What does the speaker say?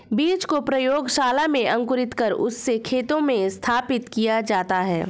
बीज को प्रयोगशाला में अंकुरित कर उससे खेतों में स्थापित किया जाता है